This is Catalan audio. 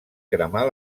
cremar